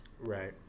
Right